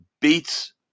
beats